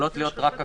יכולות להיות הקלות.